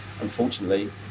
unfortunately